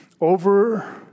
over